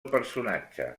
personatge